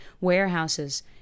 warehouses